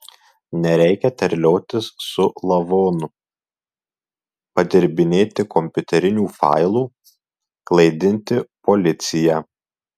nereikia terliotis su lavonu padirbinėti kompiuterinių failų klaidinti policiją